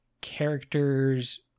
characters